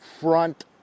front